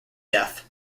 death